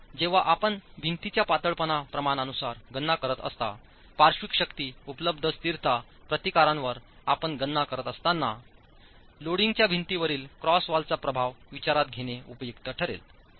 आता जेव्हा आपण भिंतीच्या पातळपणा प्रमाणानुसार गणना करत असता पार्श्विक शक्ती उपलब्ध स्थिरता प्रतिकारांवर आपण गणना करत असताना लोडिंगच्या भिंतीवरील क्रॉसवॉलचाप्रभाव विचारात घेणे उपयुक्त ठरेल